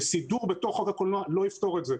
סידור בתוך הקולנוע, לא יפתור את זה.